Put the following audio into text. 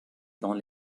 dans